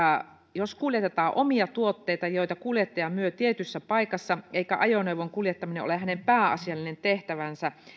jos kuljetetaan omia tuotteita joita kuljettaja myy tietyssä paikassa eikä ajoneuvon kuljettaminen ole hänen pääasiallinen tehtävänsä